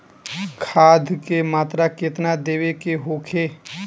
खाध के मात्रा केतना देवे के होखे?